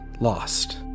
lost